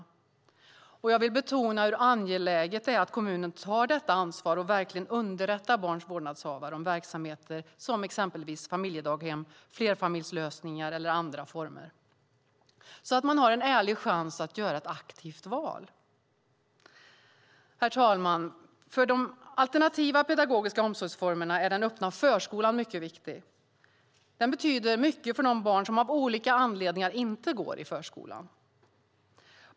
Jag vill verkligen betona hur angeläget det är att kommunen tar detta ansvar och verkligen underrättar barns vårdnadshavare om verksamheter som familjedaghem, flerfamiljslösning eller andra former av pedagogisk verksamhet, så att man har en ärlig chans att göra ett aktivt val. Herr talman! För de alternativa pedagogiska omsorgsformerna är den öppna förskolan mycket viktig. Den betyder mycket för de barn som av olika anledningar inte går i förskolan.